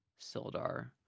sildar